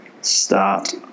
Start